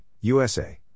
USA